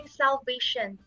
salvation